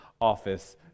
office